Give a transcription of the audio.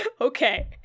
Okay